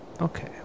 Okay